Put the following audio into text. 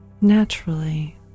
naturally